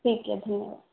ठीक यऽ धन्यवाद